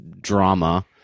drama